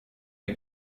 der